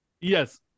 Yes